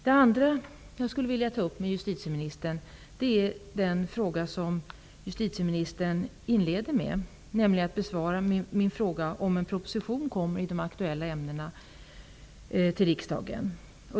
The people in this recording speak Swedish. En annan fråga som jag skulle vilja ta upp med justitieministern är den fråga som justitieministern inleder med i sitt svar, nämligen när hon besvarar min fråga om en proposition kommer till riksdagen i de aktuella ämnena.